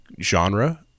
genre